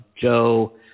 Joe